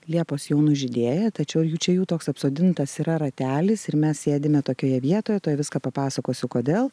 liepos jau nužydėję tačiau jų čia jų toks apsodintas yra ratelis ir mes sėdime tokioje vietoje tuoj viską papasakosiu kodėl